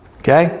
Okay